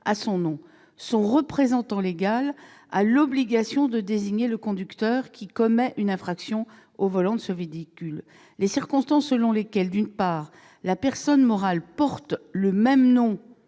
à son nom, son représentant légal a l'obligation de désigner le conducteur qui commet une infraction au volant de ce véhicule. Ni le fait que la personne morale porte le même nom